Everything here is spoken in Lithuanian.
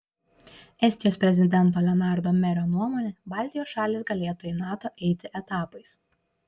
estijos prezidento lenardo merio nuomone baltijos šalys galėtų į nato eiti etapais